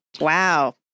Wow